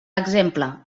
exemple